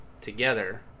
together